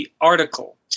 article